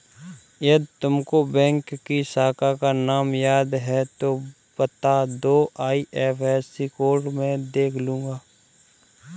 यदि तुमको बैंक की शाखा का नाम याद है तो वो बता दो, आई.एफ.एस.सी कोड में देख लूंगी